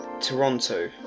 Toronto